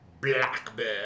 blackbird